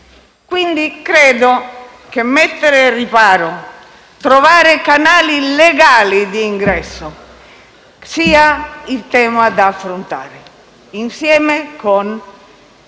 Quindi credo che mettere riparo e trovare canali legali di ingresso sia il tema da affrontare, insieme con la